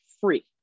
free